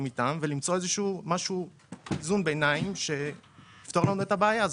איתנו ולמצוא משהו ביניים שיפתור לנו את הבעיה.